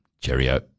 cheerio